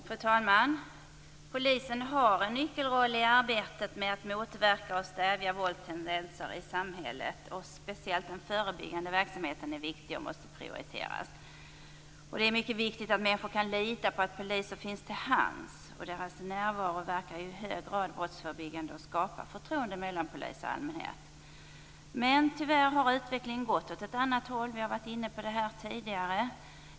Fru talman! Polisen har en nyckelroll i arbetet att motverka och stävja våldstendenser i samhället. Den förebyggande verksamheten är speciellt viktig och måste prioriteras. Det är mycket viktigt att människor kan lita på att polisen finns till hands. Polisens närvaro verkar i hög grad brottsförebyggande och skapar förtroende mellan polis och allmänhet. Men tyvärr har utvecklingen gått åt ett annat håll, vilket vi varit inne på tidigare.